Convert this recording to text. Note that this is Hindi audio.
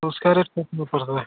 तो उसका रेट कितना पड़ रहा है